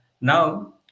Now